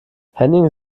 henning